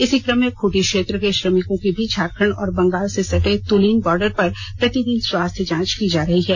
इसी क्रम में खूंटी क्षेत्र के श्रमिकों की भी झारखण्ड और बंगाल से सटे तुलिन वॉर्डर पर प्रतिदन स्वास्थ्य जांच की जा रही है